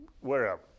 wherever